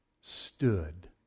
stood